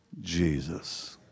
Jesus